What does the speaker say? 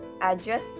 address